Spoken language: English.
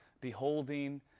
beholding